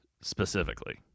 specifically